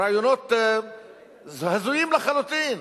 רעיונות הזויים לחלוטין.